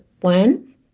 one